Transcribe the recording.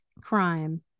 crime